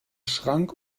schrank